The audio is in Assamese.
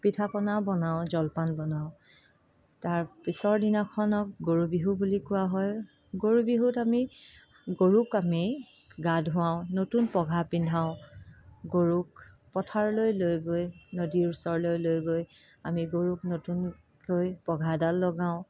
পিঠা পনা বনাওঁ জলপান বনাওঁ তাৰ পিছৰ দিনাখনক গৰু বিহু বুলি কোৱা হয় গৰু বিহুত আমি গৰুক আমি গা ধুৱাওঁ নতুন পঘা পিন্ধাওঁ গৰুক পথাৰলৈ লৈ গৈ নদীৰ ওচৰলৈ লৈ গৈ আমি নতুনকৈ পঘাডাল লগাওঁ